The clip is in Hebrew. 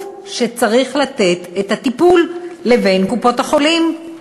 שצריך לתת את הטיפול לבין קופות-החולים.